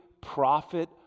prophet